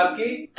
um d